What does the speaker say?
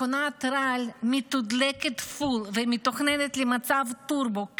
מכונת הרעל מתודלקת full ומתוכננת למצב טורבו.